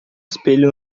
espelho